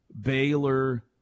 Baylor